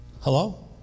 Hello